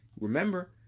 Remember